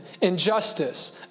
injustice